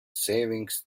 savings